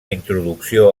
introducció